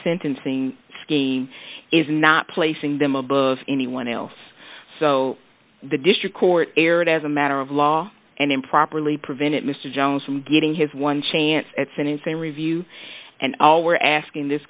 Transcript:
sentencing scheme is not placing them above anyone else so the district court erred as a matter of law and improperly prevented mr jones from getting his one chance at sentencing review and all we're asking this